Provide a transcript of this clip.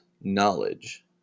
knowledge